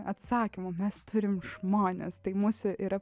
atsakymo mes turim žmones tai mūsų yra